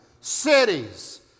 Cities